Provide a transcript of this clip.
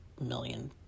million